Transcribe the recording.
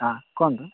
ହଁ କୁହନ୍ତୁ